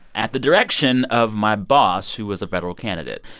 at the direction of my boss, who was a federal candidate.